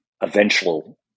eventual